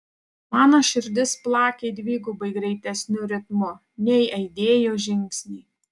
mano širdis plakė dvigubai greitesniu ritmu nei aidėjo žingsniai